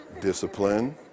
discipline